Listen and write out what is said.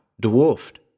dwarfed